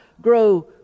grow